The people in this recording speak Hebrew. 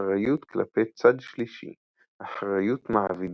אחריות כלפי צד שלישי, אחריות מעבידים,